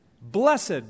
Blessed